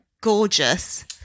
gorgeous